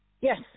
Yes